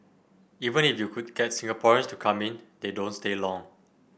even if you could get Singaporeans to come in they don't stay long